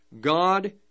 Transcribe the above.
God